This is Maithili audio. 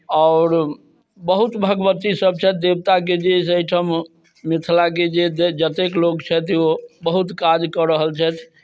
आओर बहुत भगवतीसभ छथि देवताके जे अइ से एहिठाम मिथिलाके जे जतेक लोक छथि ओ बहुत काज कऽ रहल छथि